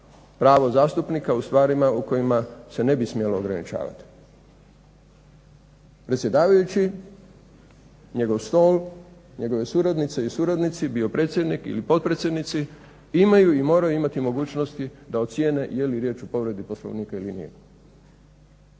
pravo zastupnika u stvarima u kojima se ne bi smjelo ograničavati. Predsjedavajući, njegov stol, njegove suradnice ili suradnici, bio predsjednik ili potpredsjednici imaju i moraju imati mogućnosti da ocijene jeli riječ o povredi Poslovnika ili nije.